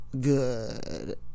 good